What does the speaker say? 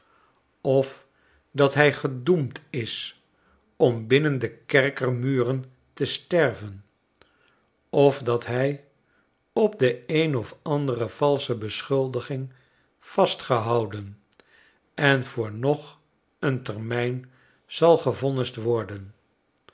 of dat hij gedoemd is om binnen de kerkermuren te sterven of dat hij op de een of andere valsche beschuldiging vastgehouden en voor nog een termijn zal gevonnisd worden